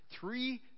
Three